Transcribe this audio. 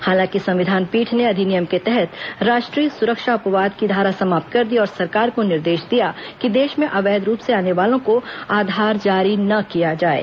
हालांकि संविधान पीठ ने अधिनियम के तहत राष्ट्रीय सुरक्षा अपवाद की धारा समाप्त कर दी और सरकार को निर्देश दिया कि देश में अवैध रूप से आने वालों को आधार जारी न किया जाये